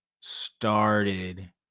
started